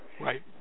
Right